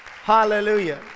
Hallelujah